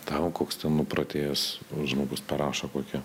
tau koks nuprotėjęs žmogus parašo kokią